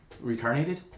reincarnated